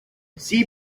see